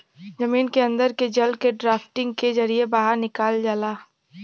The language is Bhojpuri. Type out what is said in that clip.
जमीन के अन्दर के जल के ड्राफ्टिंग के जरिये बाहर निकाल जाला